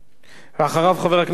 ואחריו, חבר הכנסת בן-ארי.